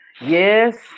Yes